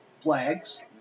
flags